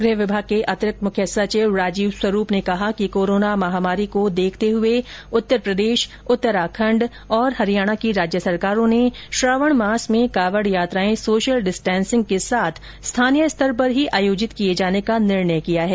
गृह विभाग के अतिरिक्त मुख्य सचिव राजीव स्वरूप ने कहा कि कोरोना महामारी को देखते हुए उत्तर प्रदेश उत्तराखण्ड़ और हरियाणा की राज्य सरकारों ने श्रावण मास में कावड़ यात्राएं सोशल डिस्टेंसिंग के साथ स्थानीय स्तर पर ही आयोजित किए जाने का निर्णय किया है